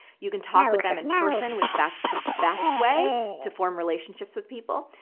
you can talk with them in person, which that's the best way to form relationships with people.